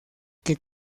que